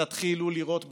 תתחילו לראות בחיילים,